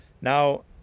Now